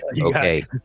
Okay